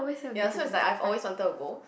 ya so it's like I have always wanted to go